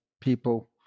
people